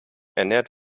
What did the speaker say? ernährt